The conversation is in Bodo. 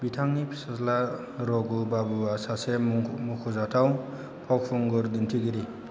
बिथांनि फिसाज्ला रघु बाबुआ सासे मुख' मुख'जाथाव फावखुंगुर दिन्थिगिरि